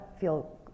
feel